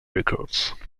records